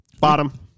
bottom